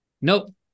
Nope